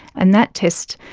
and that test,